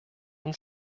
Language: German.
uns